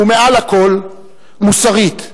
ומעל לכול, מוסרית,